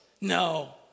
No